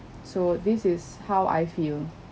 so this is how I feel